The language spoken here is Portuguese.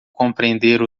compreender